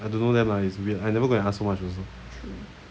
I don't know them lah is weird I never go and ask so much also